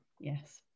yes